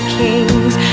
kings